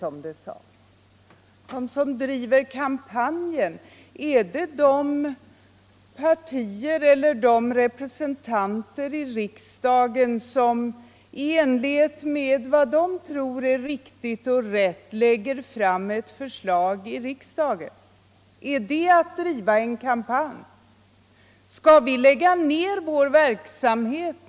Är det de partier eller riksdagsledamöter som lägger fram ett förslag i riksdagen i enlighet med vad de tror är rätt och riktigt? Är det att driva en kampanj? Skall vi lägga ner vår verksamhet?